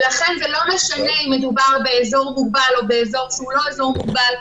ולכן זה לא משנה אם מדובר באזור מוגבל או באזור שהוא לא אזור מוגבל,